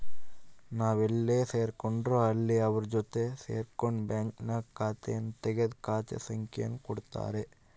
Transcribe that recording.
ನಾವೆಲ್ಲೇ ಸೇರ್ಕೊಂಡ್ರು ಅಲ್ಲಿ ಅವರ ಜೊತೆ ಸೇರ್ಕೊಂಡು ಬ್ಯಾಂಕ್ನಾಗ ಖಾತೆಯನ್ನು ತೆಗೆದು ಖಾತೆ ಸಂಖ್ಯೆಯನ್ನು ಕೊಡುತ್ತಾರೆ